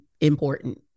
important